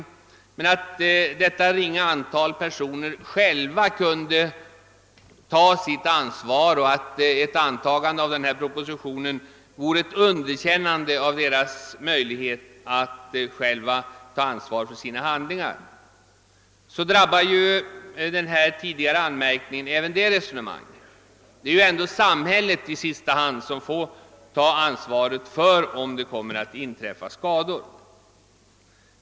Han tillade att detta ringa antal personer själva kunde ta sitt ansvar och att ett bifall till den här propositionen vore ett underkännande av deras förmåga att själva ta ansvaret för sina handlingar. Men det är ju ändå samhället som i sista hand får ta ansvaret för dem, om skador inträffar.